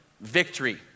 victory